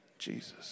Jesus